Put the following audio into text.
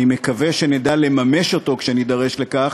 אני מקווה שנדע לממש אותו כשנידרש לכך,